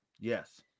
Yes